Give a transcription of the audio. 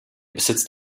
besitzt